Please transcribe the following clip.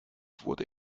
wurde